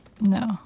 No